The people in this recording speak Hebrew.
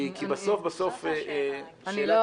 כי בסוף בסוף --- אני לא